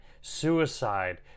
suicide